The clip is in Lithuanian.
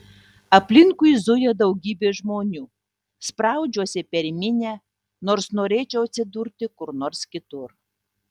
aplinkui zuja daugybė žmonių spraudžiuosi per minią nors norėčiau atsidurti kur nors kitur